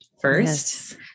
first